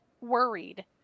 worried